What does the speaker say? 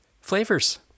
flavors